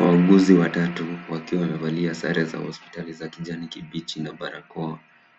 Wauguzi watatu wakiwa wamevalia sare za hospitali za kijani kibichi na barakoa,